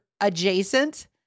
adjacent